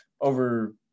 over